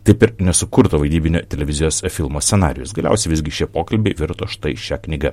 taip ir nesukurto vaidybinio televizijos filmo scenarijus galiausiai visgi šie pokalbiai virto štai šia knyga